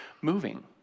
moving